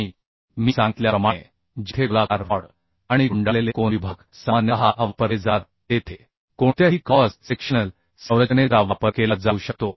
आणि मी सांगितल्याप्रमाणे जेथे गोलाकार रॉड आणि गुंडाळलेले कोन विभाग सामान्यतः वापरले जातात तेथे कोणत्याही क्रॉस सेक्शनल संरचनेचा वापर केला जाऊ शकतो